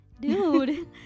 Dude